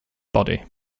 body